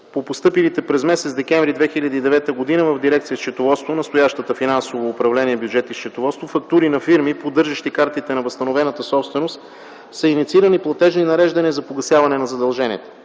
По постъпилите през месец декември 2009 г. в дирекция „Счетоводство” – настоящата „Финансово управление, бюджет и счетоводство”, фактури на фирми, поддържащи картите на възстановената собственост, са инициирани платежни нареждания за погасяване на задълженията.